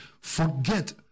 Forget